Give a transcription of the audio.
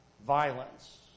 violence